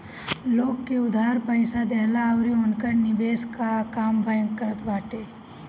लोग के उधार पईसा देहला अउरी उनकर निवेश कअ काम बैंक करत बाटे